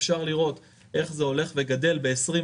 אפשר לראות איך זה הולך וגדל ב-2020,